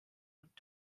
und